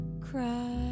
Cry